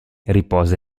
riposa